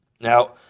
Now